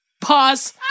Pause